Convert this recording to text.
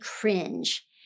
cringe